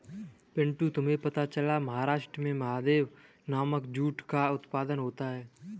पिंटू तुम्हें पता है महाराष्ट्र में महादेव नामक जूट का उत्पादन होता है